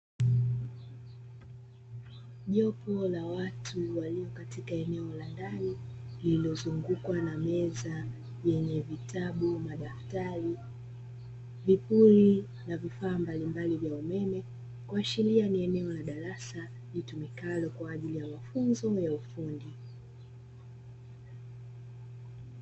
Jopo la watu walio katika eneo la ndani lililozungukwa na meza yenye vitabu madaftari na vifaa mbalimbali vya umeme kuashiria ni eneo la darasa litumikalo kwa ajili ya mafunzo ya ufundi.